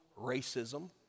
racism